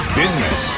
business